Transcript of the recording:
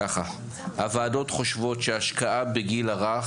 הוועדות חושבות שהשקעה בגיל הרך,